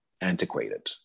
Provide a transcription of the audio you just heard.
antiquated